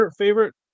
favorite